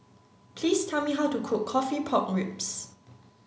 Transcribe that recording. please tell me how to cook coffee pork ribs